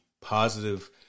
positive